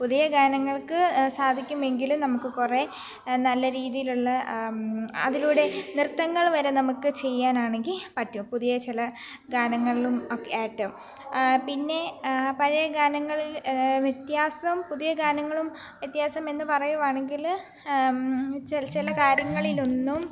പുതിയ ഗാനങ്ങൾക്ക് സാധിക്കുമെങ്കിലും നമുക്ക് കുറെ നല്ല രീതിയിലുള്ള അതിലൂടെ നൃത്തങ്ങൾ വരെ നമുക്ക് ചെയ്യുവാനാണെങ്കിൽ നാണെങ്കിൽ പറ്റും പുതിയ ചില ഗാനങ്ങളിലുമൊക്കെയായി പിന്നെ പഴയ ഗാനങ്ങളിൽ വ്യത്യാസം പുതിയ ഗാനങ്ങളും വ്യത്യാസം എന്നു പറയുകയാണെങ്കിൽ ചില കാര്യങ്ങളിലൊന്നും